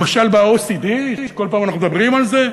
למשל ב-OECD, שכל פעם אנחנו מדברים על זה?